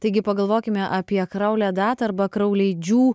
taigi pagalvokime apie krauliadat arba krauleidžių